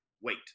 wait